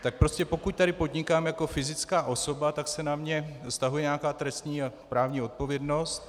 Tak prostě pokud tady podnikám jako fyzická osoba, tak se na mě vztahuje nějaká trestní a právní odpovědnost.